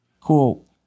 Cool